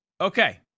Okay